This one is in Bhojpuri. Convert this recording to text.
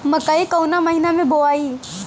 मकई कवना महीना मे बोआइ?